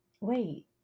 wait